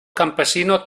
campesinos